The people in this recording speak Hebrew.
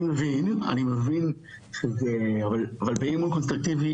אני מבין אני מבין אבל באי אמון קונסטרוקטיבי